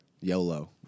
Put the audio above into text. YOLO